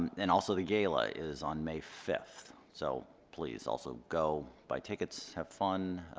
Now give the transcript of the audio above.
and also, the gala is on may fifth, so please also go buy tickets, have fun,